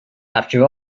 after